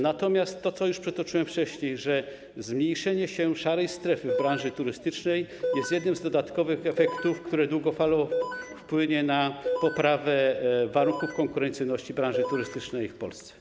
Natomiast to, co już przytoczyłem wcześniej, zmniejszenie się szarej strefy w branży turystycznej jest jednym z dodatkowych efektów, które długofalowo wpłyną na poprawę warunków konkurencyjności branży turystycznej w Polsce.